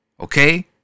Okay